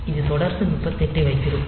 இது தொடர்ந்து 38 ஐ வைத்திருக்கும்